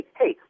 hey